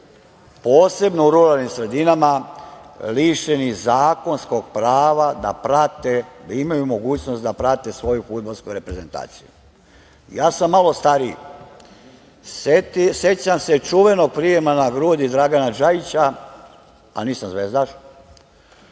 posebno u ruralnim sredinama, lišeni zakonskog prava da imaju mogućnost da prate svoju fudbalsku reprezentaciju. Ja sam malo stariji. Sećam se čuvenog prijema na grudi Dragana Džajića, a nisam zvezdaš,